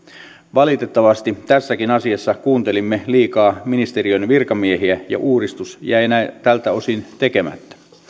valitettavasti tässäkin asiassa kuuntelimme liikaa ministeriön virkamiehiä ja uudistus jäi tältä osin tekemättä